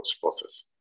process